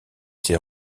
ses